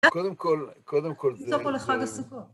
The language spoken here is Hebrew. קודם כל, קודם כל, זה... זה פה לחג הסוכות.